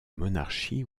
monarchie